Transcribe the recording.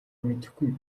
мэдэхгүй